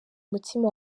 mutima